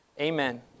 Amen